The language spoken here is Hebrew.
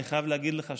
אני חייב להגיד לך,